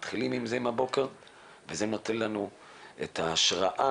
מתחילים עם זה את הבוקר וזה נותן לנו את ההשראה